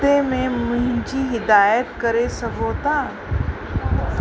ते में मुंहिंजी हिदाइत करे सघो था